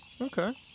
Okay